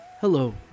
Hello